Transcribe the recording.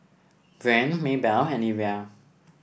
Breanne Maybelle and Evia